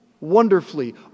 wonderfully